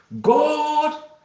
God